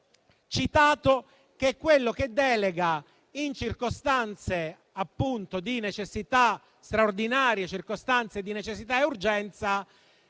citato, che è quello che delega, in circostanze straordinarie di necessità e urgenza